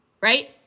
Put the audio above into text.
right